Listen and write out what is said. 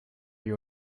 you